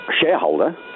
shareholder